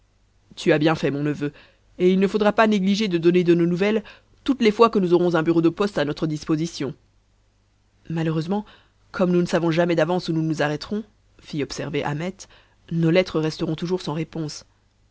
tu as bien fait mon neveu et il ne faudra pas négliger de donner de nos nouvelles toutes les fois que nous aurons un bureau de poste à notre disposition malheureusement comme nous ne savons jamais d'avance où nous nous arrêterons fit observer ahmet nos lettres resteront toujours sans réponse